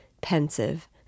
pensive